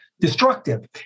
destructive